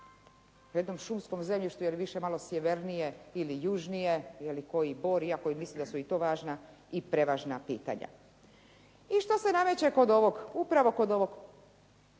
O jednom šumskom zemljištu ili više malo sjevernije ili južnije, jeli koji bor iako mislim da su to važna i prevažna pitanja. I što se nameće kod ovog upravo kod ovog